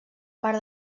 part